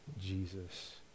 Jesus